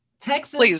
Texas